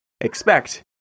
expect